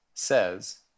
Says